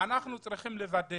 צריכים לוודא